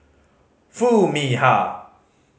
Foo Mee Har